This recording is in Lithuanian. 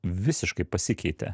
visiškai pasikeitė